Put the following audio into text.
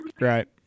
Right